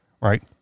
right